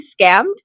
scammed